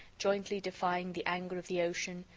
jointly defying the anger of the ocean,